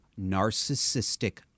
narcissistic